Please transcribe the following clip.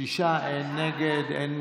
שישה בעד, אין מתנגדים.